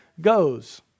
goes